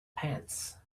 pants